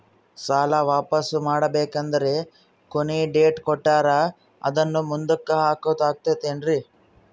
ಸಾಲ ವಾಪಾಸ್ಸು ಮಾಡಬೇಕಂದರೆ ಕೊನಿ ಡೇಟ್ ಕೊಟ್ಟಾರ ಅದನ್ನು ಮುಂದುಕ್ಕ ಹಾಕುತ್ತಾರೇನ್ರಿ?